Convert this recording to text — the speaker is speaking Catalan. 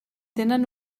tenen